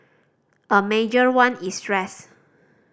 a major one is stress